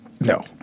No